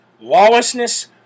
Lawlessness